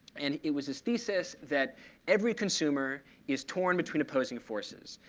and it was his thesis that every consumer is torn between opposing forces.